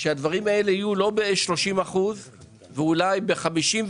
שהדברים האלה יהיו לא ב-30% ואולי ב-50%